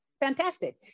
fantastic